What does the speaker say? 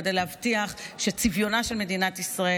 כדי להבטיח שמדינת ישראל,